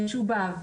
משובב,